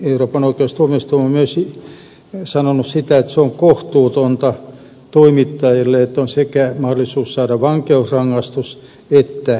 euroopan ihmisoikeustuomioistuin on myös sanonut sitä että se on kohtuutonta toimittajille että on mahdollisuus saada sekä vankeusrangaistus että korkea korvaus